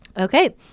Okay